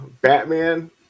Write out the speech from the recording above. Batman